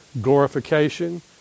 glorification